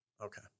Okay